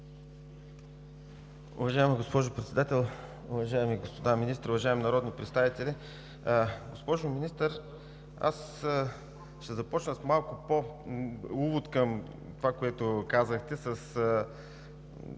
Уважаема госпожо Председател, уважаеми господа министри, уважаеми народни представители! Госпожо Министър, аз ще започна с увод към това, което казахте, че